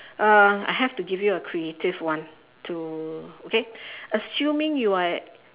uh I have to give you a creative one to okay assuming you are